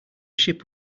ship